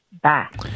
Bye